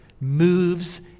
moves